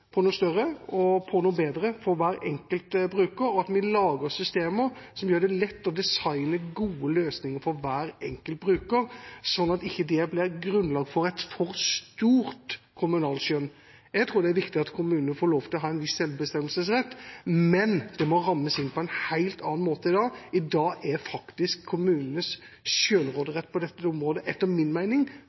større og bedre for hver enkelt bruker, og at vi lager systemer som gjør det lett å designe gode løsninger for hver enkelt bruker, sånn at det ikke blir grunnlag for et for stort kommunalskjønn. Jeg tror det er viktig at kommunene får lov til å ha en viss selvbestemmelsesrett, men det må rammes inn på en helt annen måte enn i dag. I dag er faktisk, etter min mening, kommunenes selvråderett på dette området